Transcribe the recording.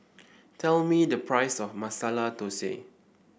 tell me the price of Masala Dosa